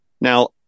Now